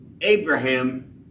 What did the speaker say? Abraham